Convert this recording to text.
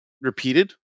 Repeated